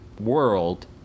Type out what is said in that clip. world